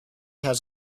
has